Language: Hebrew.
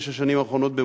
בשש השנים האחרונות,